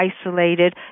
isolated